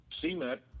cement